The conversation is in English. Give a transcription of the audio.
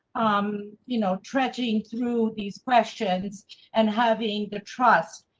um, you know, trudging through these questions and having the trust.